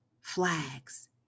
flags